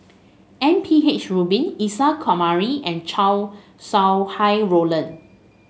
M P H Rubin Isa Kamari and Chow Sau Hai Roland